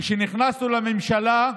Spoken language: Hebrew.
כשנכנסנו לממשלה,